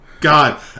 God